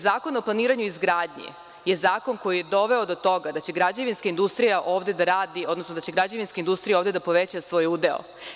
Zakon o planiranju i izgradnji je zakon koji je doveo do toga da će građevinska industrija ovde da radi, odnosno da će građevinska industrija ovde da poveća svoj udeo.